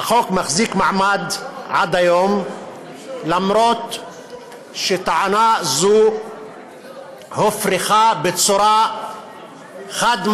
והחוק מחזיק מעמד עד היום אף על פי שטענה זו הופרכה בצורה חד-משמעית,